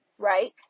Right